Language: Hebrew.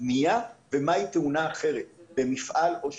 בנייה ומהי תאונה אחרת במפעל או אחר,